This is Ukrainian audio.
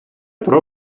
про